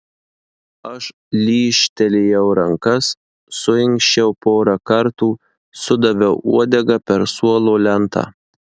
aš lyžtelėjau rankas suinkščiau porą kartų sudaviau uodega per suolo lentą